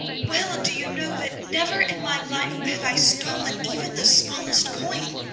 well do you know that never in my life have i stolen even the smallest coin,